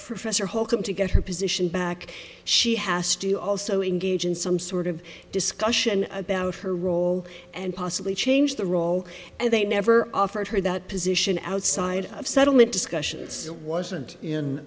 professor holcomb to get her position back she has to also engage in some sort of discussion about her role and possibly change the role and they never offered her that position outside of settlement discussions it wasn't in